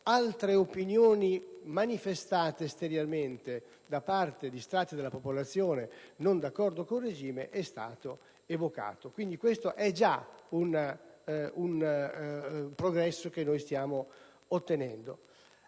altre opinioni manifestate esteriormente da parte di strati della popolazione non d'accordo con il regime è stato evocato. Quindi, si tratta già di un progresso che stiamo ottenendo.